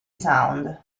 sound